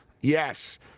Yes